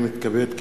הנני מתכבד להודיע,